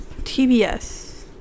TBS